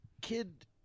Kid